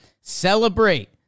celebrate